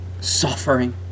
suffering